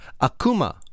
Akuma